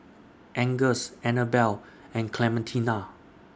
Angus Annabel and Clementina